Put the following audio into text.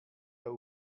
der